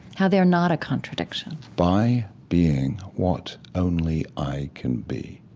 how they're not a contradiction by being what only i can be.